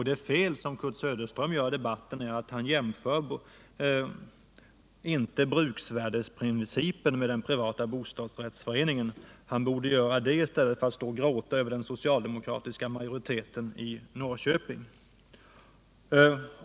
Det fel som Kurt Söderström gör i debatten är att han inte jämför bruksvärdesprincipen med principen om privat bostadsrättsförening. Han borde göra det i stället för att stå och gråta över den socialdemokratiska majoriteten i Norrköping.